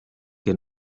que